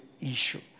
issue